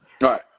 right